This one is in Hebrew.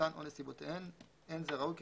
חומרתן או נסיבותיהן אין זה ראוי כי